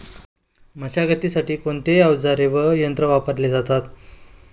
मशागतीसाठी कोणते अवजारे व यंत्र वापरले जातात?